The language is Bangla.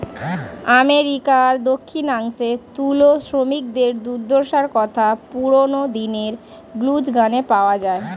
আমেরিকার দক্ষিণাংশে তুলো শ্রমিকদের দুর্দশার কথা পুরোনো দিনের ব্লুজ গানে পাওয়া যায়